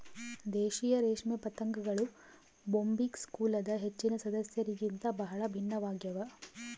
ದೇಶೀಯ ರೇಷ್ಮೆ ಪತಂಗಗಳು ಬೊಂಬಿಕ್ಸ್ ಕುಲದ ಹೆಚ್ಚಿನ ಸದಸ್ಯರಿಗಿಂತ ಬಹಳ ಭಿನ್ನವಾಗ್ಯವ